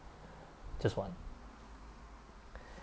just one